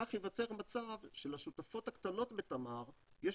כך ייווצר מצב שלשותפות הקטנות בתמר יש